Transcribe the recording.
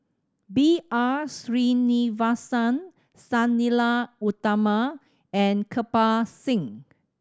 B R Sreenivasan Sang Nila Utama and Kirpal Singh